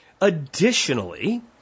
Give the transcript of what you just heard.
Additionally